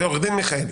עורך דין מיכאלי,